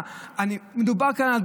היית אומר: תשמע,